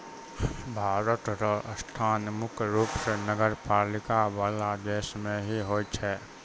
भारत र स्थान मुख्य रूप स नगरपालिका वाला देश मे ही होय छै